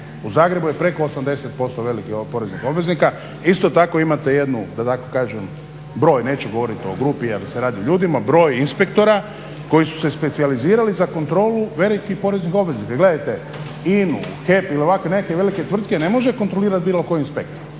U Zagrebu je preko 80% velikih poreznih obveznika. Isto tako imate jednu, da tako kažem broj, neću govoriti o grupi jer se radi o ljudima, broj inspektora koji su se specijalizirali za kontrolu velikih poreznih obveznika. Jer gledajte, INA-u, HEP ili ovako neke velike tvrtke ne može kontrolirati bilo koji inspektor